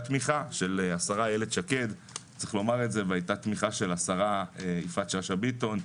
תמיכה של השרה אילת שקד והייתה תמיכה של השרה יפעת שאשא ביטון.